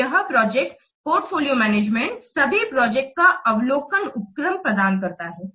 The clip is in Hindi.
तो यह प्रोजेक्ट पोर्टफोलियो मैनेजमेंट सभी प्रोजेक्ट का अवलोकन उपक्रम प्रदान करता है